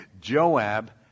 Joab